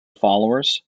followers